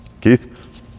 Keith